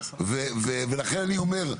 ולכן אני אומר,